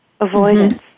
avoidance